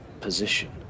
position